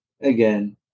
Again